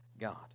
God